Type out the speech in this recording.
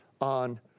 on